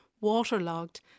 waterlogged